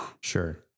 Sure